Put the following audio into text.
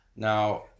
Now